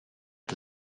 the